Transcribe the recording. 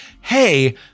hey